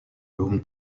room